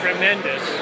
Tremendous